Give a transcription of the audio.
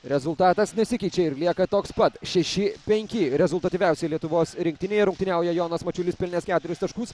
rezultatas nesikeičia ir lieka toks pat šeši penki rezultatyviausiai lietuvos rinktinėje rungtyniauja jonas mačiulis pelnęs keturis taškus